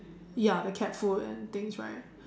ya the cat food and things right